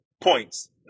points